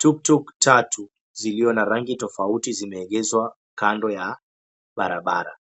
Tuktuk tatu zilizo na rangi tofauti zimeegezwa kando ya barabara,